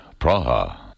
Praha